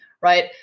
right